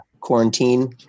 quarantine